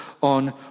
on